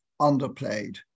underplayed